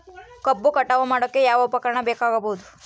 ಕಬ್ಬು ಕಟಾವು ಮಾಡೋಕೆ ಯಾವ ಉಪಕರಣ ಬೇಕಾಗಬಹುದು?